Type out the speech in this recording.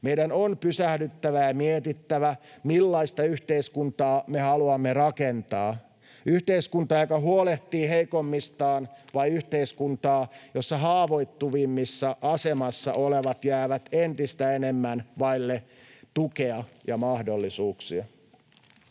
Meidän on pysähdyttävä ja mietittävä, millaista yhteiskuntaa me haluamme rakentaa — yhteiskuntaa, joka huolehtii heikoimmistaan, vai yhteiskuntaa, jossa haavoittuvimmassa asemassa olevat jäävät entistä enemmän vaille tukea ja mahdollisuuksia.